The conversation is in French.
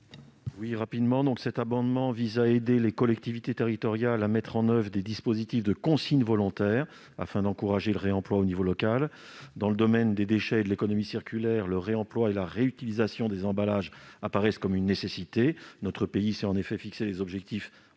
Fernique. Cet amendement vise à aider les collectivités territoriales à mettre en oeuvre des dispositifs de consigne volontaire afin d'encourager le réemploi au niveau local. Dans le domaine des déchets et de l'économie circulaire, le réemploi et la réutilisation des emballages apparaissent aujourd'hui comme une nécessité. Notre pays s'est fixé des objectifs ambitieux